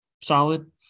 solid